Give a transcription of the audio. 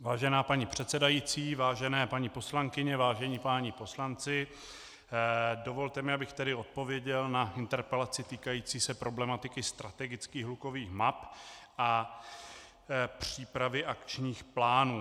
Vážená paní předsedající, vážené paní poslankyně, vážení páni poslanci, dovolte mi, abych odpověděl na interpelaci týkající se problematiky strategických hlukových map a přípravy akčních plánů.